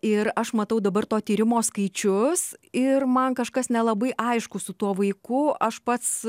ir aš matau dabar to tyrimo skaičius ir man kažkas nelabai aišku su tuo vaiku aš pats